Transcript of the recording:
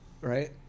right